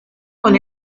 con